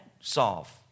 solve